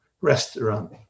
restaurant